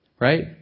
right